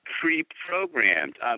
pre-programmed